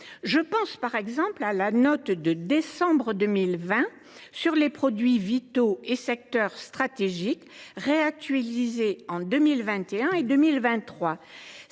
Je pense par exemple à la note de décembre 2020 sur les produits vitaux et secteurs stratégiques, réactualisée en 2021 et en 2023.